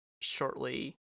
shortly